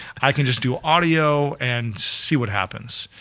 i can just do audio and see what happens.